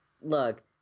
Look